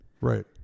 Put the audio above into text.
Right